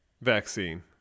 vaccine